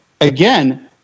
again